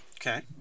Okay